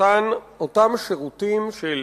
אותם שירותים של